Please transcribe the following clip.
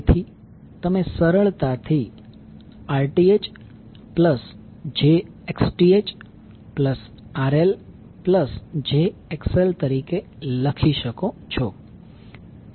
તેથી તમે સરળતાથી Rth j XTh RL j XL તરીકે લખી શકો છો